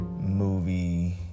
movie